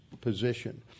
position